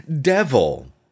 Devil